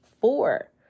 Four